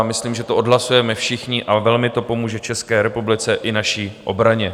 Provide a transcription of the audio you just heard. Myslím, že to odhlasujeme všichni, a velmi to pomůže České republice i naší obraně.